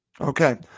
Okay